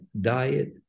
diet